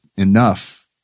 enough